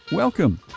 Welcome